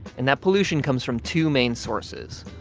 and that pollution comes from two main sources.